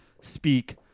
speak